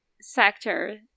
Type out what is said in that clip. sector